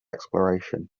exploration